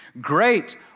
Great